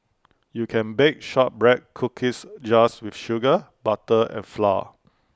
you can bake Shortbread Cookies just with sugar butter and flour